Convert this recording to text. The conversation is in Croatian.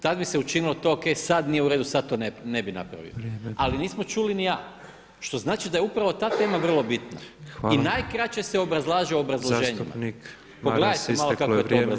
Tad bi se učinilo to o.k. sad nije u redu, sad to ne bih napravio [[Upadica predsjednik: Vrijeme.]] Ali nismo čuli ni „A“ što znači da je upravo ta tema vrlo bitna [[Upadica predsjednik: Hvala.]] I najkraće se obrazlaže obrazloženjima [[Upadica predsjednik: Zastupnik Maras, isteklo je vrijeme.]] Pogledajte malo kako je to